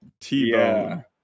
T-Bone